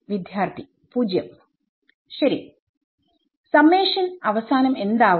വിദ്യാർത്ഥി 0 ശരിസമ്മേഷൻ അവസാനം എന്താവും